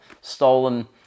stolen